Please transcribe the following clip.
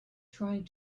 trying